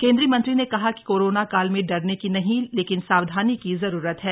केंद्रीय मंत्री ने कहा कि कोरोना काल में डरने की नहीं लेकिन सावधानी की जरूरत है